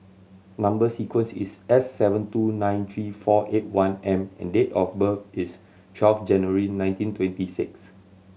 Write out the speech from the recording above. number sequence is S seven two nine three four eight one M and date of birth is twelve January nineteen twenty six